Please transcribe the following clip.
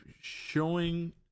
showing